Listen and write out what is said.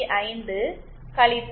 5 ஜேJ1